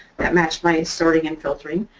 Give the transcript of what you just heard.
that matched my sorting and filtering.